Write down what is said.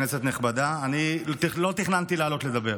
כנסת נכבדה, אני לא תכננתי לעלות לדבר